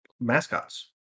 mascots